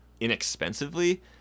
inexpensively